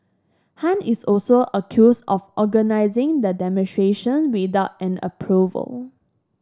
Han is also accused of organising the demonstration without an approval